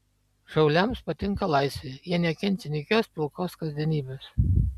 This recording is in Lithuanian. šauliams patinka laisvė jie nepakenčia nykios pilkos kasdienybės